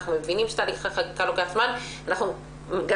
אנחנו מבינים שתהליך החקיקה לוקח זמן ואנחנו גם